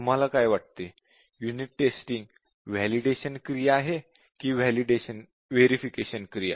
तुम्हाला काय वाटते युनिट टेस्टिंग व्हॅलिडेशन क्रिया आहे कि व्हेरिफिकेशन क्रिया